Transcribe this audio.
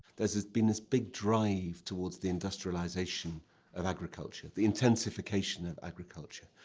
there's been this big drive towards the industrialization of agriculture, the intensification of agriculture.